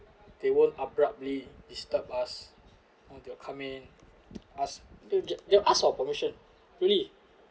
they wouldn't abruptly disturb us or they will come in ask they will they will ask your permission really